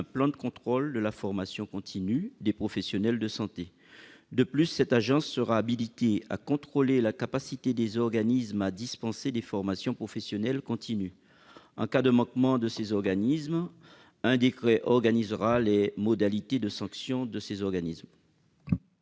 plan de contrôle de la formation continue des professionnels de santé. De plus, cette agence sera habilitée à contrôler la capacité des organismes à dispenser des formations professionnelles continues. Un décret organisera les modalités de sanction en cas de